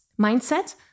mindset